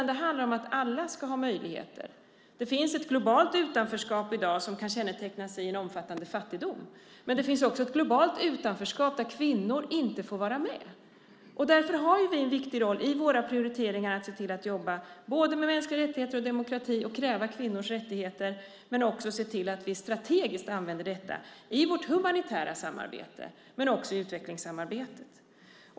Det handlar om att alla ska ha möjlighet. Det finns i dag ett globalt utanförskap som kan kännetecknas av en omfattande fattigdom. Det finns också ett globalt utanförskap där kvinnor inte får vara med. Därför har vi en viktig roll att med våra prioriteringar se till att jobba med mänskliga rättigheter och demokrati och att kräva kvinnors rättigheter och att se till att vi strategiskt använder detta i vårt humanitära samarbete och utvecklingssamarbetet.